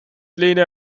lena